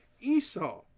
Esau